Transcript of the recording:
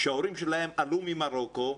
שההורים שלהם עלו ממרוקו,